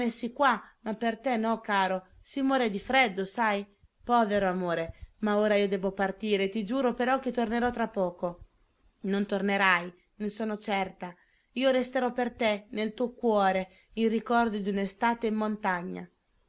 rimanessi qua ma per te no caro si muore di freddo sai povero amore ma ora io debbo partire ti giuro però che tornerò tra poco non tornerai ne sono certa io resterò per te nel tuo cuore il ricordo di un'estate in montagna